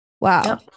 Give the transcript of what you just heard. Wow